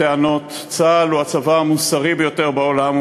הם יחיו פה טוב יותר מבכל, אה.